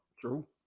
True